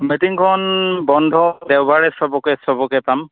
মিটিংখন বন্ধ দেওবাৰে চবকে চবকে পাম